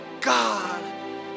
God